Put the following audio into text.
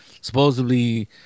supposedly